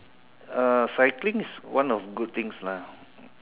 uh cycling is one of good things lah